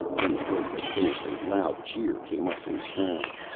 when the voice had finished, a loud cheer came up from the crowd.